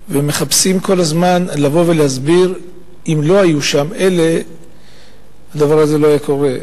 ומחפשים כל הזמן לבוא ולהסביר שאם לא היו שם אלה הדבר הזה לא היה קורה.